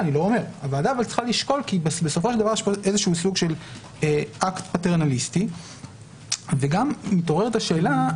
- כי יש פה אקט פטרנליסטי וגם מתעוררת השאלה,